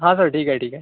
हां सर ठीक आहे ठीक आहे